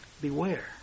Beware